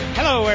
Hello